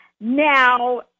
Now